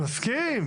אני מסכים.